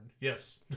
yes